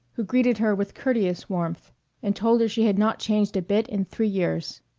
who greeted her with courteous warmth and told her she had not changed a bit in three years.